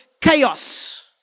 chaos